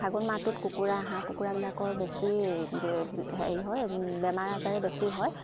ফাগুন মাহটোত কুকুৰা হাঁহ কুকুৰাবিলাকৰ বেছি হেৰি হয় বেমাৰ আজাৰে বেছি হয়